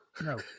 no